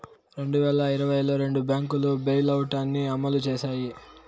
రెండు వేల ఇరవైలో రెండు బ్యాంకులు బెయిలౌట్ ని అమలు చేశాయి